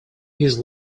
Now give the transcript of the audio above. his